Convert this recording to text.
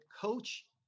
coach